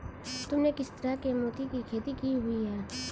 तुमने किस तरह के मोती की खेती की हुई है?